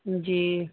جی